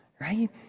right